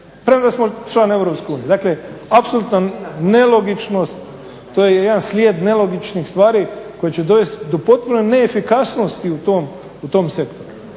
premda smo članica EU. Dakle apsolutno nelogičnost, to je jedan slijed nelogičnih stvari koji će dovesti do potpune neefikasnosti u tom sektoru.